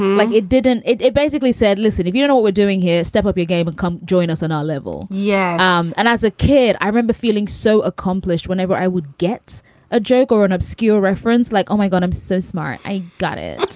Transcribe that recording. like it didn't. it it basically said, listen, if you don't what we're doing here, step up your game. and come join us on our level. yeah. um and as a kid, i remember feeling so accomplished whenever i would get a joke or an obscure reference like, oh, my god, i'm so smart. i got it.